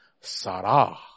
Sarah